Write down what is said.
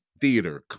theater